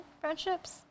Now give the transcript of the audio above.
friendships